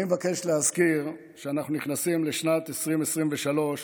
אני מבקש להזכיר שאנחנו נכנסים לשנת 2023,